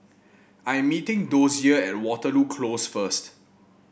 I'm meeting Dozier at Waterloo Close first